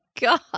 God